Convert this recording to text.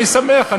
אני שמח,